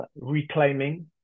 reclaiming